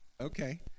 Okay